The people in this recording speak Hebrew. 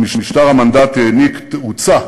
ממשלת בריטניה מר דייוויד קמרון.